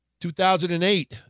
2008